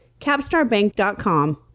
CapstarBank.com